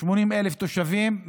80,000 תושבים,